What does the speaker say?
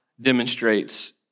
demonstrates